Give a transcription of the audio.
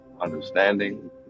understanding